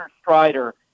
Strider